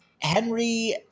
Henry